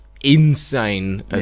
insane